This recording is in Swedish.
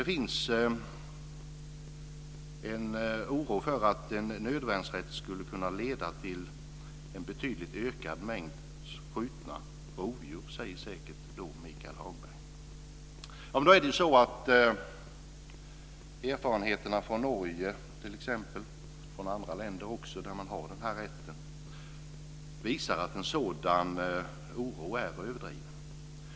Det finns en oro för att en nödvärnsrätt skulle kunna leda till en betydligt ökad mängd skjutna rovdjur, säger då säkert Michael Hagberg. Men erfarenheterna från t.ex. Norge och andra länder där man har den här rätten visar att en sådan oro är överdriven.